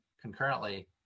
concurrently